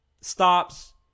stops